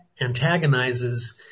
antagonizes